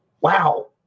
wow